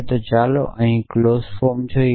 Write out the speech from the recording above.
તો ચાલો અહીં ક્લોઝ ફોર્મ જોઈએ